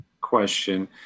question